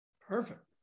Perfect